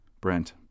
Brent